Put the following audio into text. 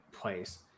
Place